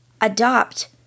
adopt